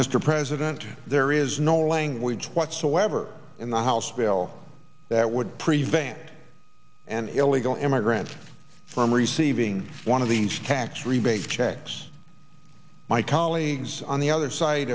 mr president there is no language whatsoever in the house bill that would prevent an illegal immigrant from receiving one of these tax rebate checks my colleagues on the other side